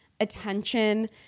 attention